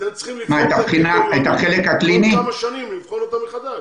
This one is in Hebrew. אתם צריכים כל כמה שנים לבחון את הקריטריונים.